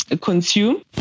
consume